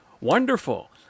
Wonderful